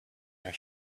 your